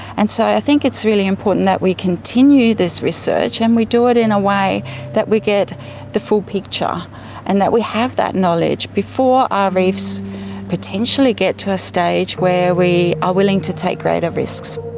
and so i think it's really important that we continue this research and we do it in a way that we get the full picture and that we have that knowledge before our reefs potentially get to a stage where we are willing to take greater risks.